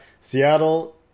Seattle